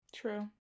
True